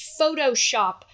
Photoshop